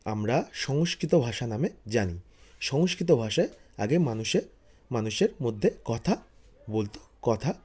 আমরা সংস্কৃত ভাষা নামে জানি সংস্কৃত ভাষায় আগে মানুষের মানুষের মধ্যে কথা বলত কথা